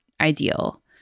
ideal